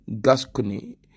Gascony